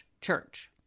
church